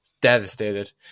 devastated